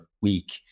week